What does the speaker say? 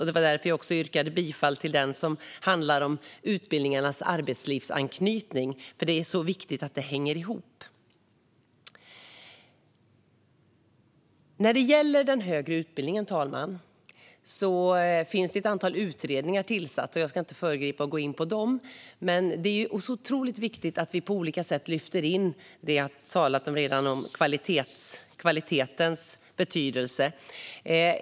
Det var därför jag yrkade bifall till den reservation som handlar om utbildningarnas arbetslivsanknytning. Det är viktigt att det hänger ihop. Fru talman! När det gäller den högre utbildningen finns ett antal utredningar tillsatta. Jag ska inte föregripa och gå in på dem. Men det är viktigt att vi på olika sätt lyfter in det jag redan har talat om - kvalitetens betydelse.